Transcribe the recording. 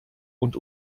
und